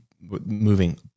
moving